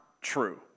true